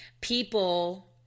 People